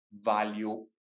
value